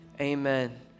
amen